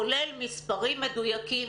כולל מספרים מדויקים: